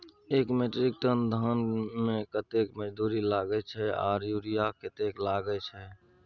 एक metric ton धान में कतेक मजदूरी लागे छै आर यूरिया कतेक लागे छै?